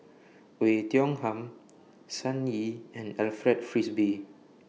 Oei Tiong Ham Sun Yee and Alfred Frisby